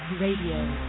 Radio